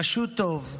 פשוט טוב,